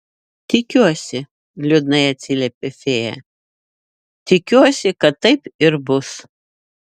tikiuosi liūdnai atsiliepė fėja tikiuosi kad taip ir bus